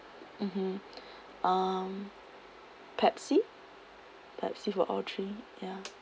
mmhmm um pepsi pepsi for all three ya